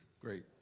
Great